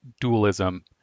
dualism